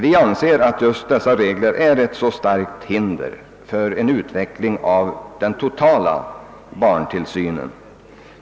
Vi anser att dessa regler utgör ett starkt hinder för en utveckling av den totala barntillsynen.